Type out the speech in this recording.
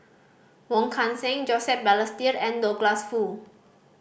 Wong Kan Seng Joseph Balestier and Douglas Foo